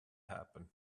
happen